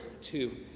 Two